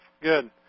Good